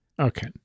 Okay